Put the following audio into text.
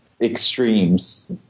extremes